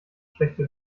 schlechte